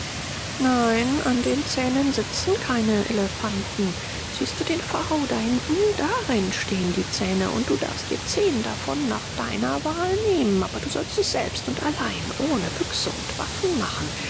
nein an den zähnen sitzen keine elefanten siehst du den verhau dahinten darin stehen die zähne und du darfst dir zehn davon nach deiner wahl nehmen aber du sollst es selbst und allein ohne büchse und waffen machen